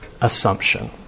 assumption